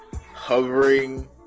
hovering